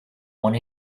want